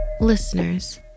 Listeners